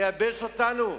לייבש אותנו?